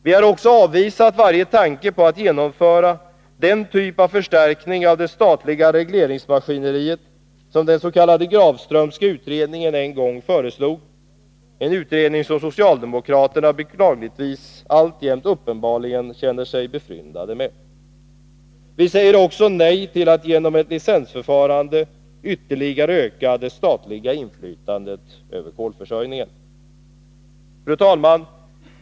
Vi har också avvisat varje tanke på att genomföra den typ av förstärkning av det statliga regleringsmaskineriet som den s.k. Grafströmska utredningen en gång föreslog — en utredning som socialdemokraterna beklagligtvis alltjämt uppenbarligen känner sig befryndade med. Vi säger också nej till att genom ett licensförfarande ytterligare öka det statliga inflytandet över kolförsörjningen. Fru talman!